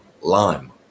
lime